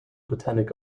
botanic